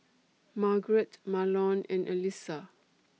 Margeret Marlon and Allyssa